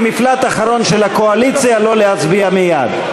המפלט אחרון של הקואליציה לא להצביע מייד,